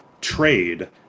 trade